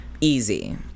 easy